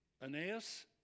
Aeneas